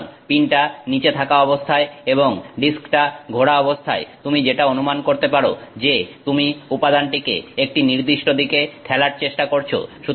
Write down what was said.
সুতরাং পিনটা নিচে থাকা অবস্থায় এবং ডিস্কটা ঘোরা অবস্থায় তুমি যেটা অনুমান করতে পারো যে তুমি উপাদানটিকে একটি নির্দিষ্ট দিকে ঠেলার চেষ্টা করছো